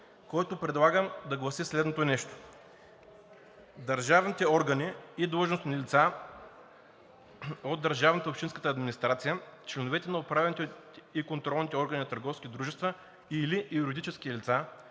който предлагам да гласи следното нещо: „Държавните органи и длъжностни лица от държавната и общинската администрация, членовете на управителните и контролните органи на търговски дружества или юридически лица